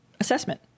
assessment